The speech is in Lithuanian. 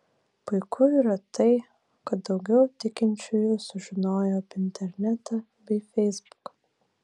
puiku yra tai kad daugiau tikinčiųjų sužinojo apie internetą bei feisbuką